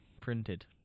printed